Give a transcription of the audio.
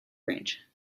range